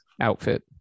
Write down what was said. outfit